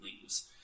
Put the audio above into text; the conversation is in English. leaves